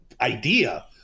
idea